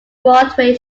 broadway